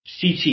CT